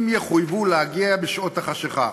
אם יחויבו להגיע בשעות החשכה.